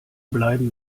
bleiben